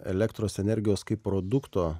elektros energijos kaip produkto